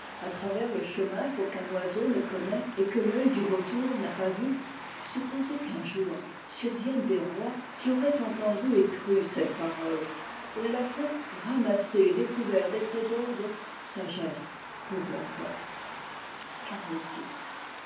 à travers le chemin qu'aucun oiseau ne connaît et que l'œii du vautour n'a pas vu i supposez qu'un jour surviennent des rois qui auraient entendu et cru cette parole et à la fin ramassé et découvert des trésors de sagesse pour leurs peuples